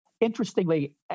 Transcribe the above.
Interestingly